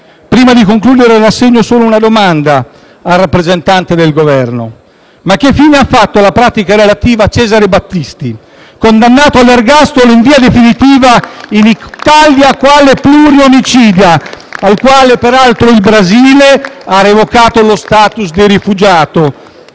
Prima di concludere rassegno solo una domanda al rappresentante del Governo: che fine ha fatto la pratica relativa Cesare Battisti, condannato all'ergastolo in via definitiva in Italia quale pluriomicida, al quale peraltro il Brasile ha revocato lo *status* di rifugiato,